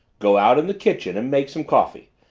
go out in the kitchen and make some coffee.